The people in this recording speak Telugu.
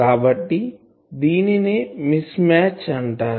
కాబట్టి దీనినే మిస్ మ్యాచ్ అంటారు